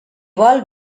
vol